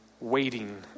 waiting